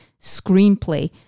screenplay